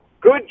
good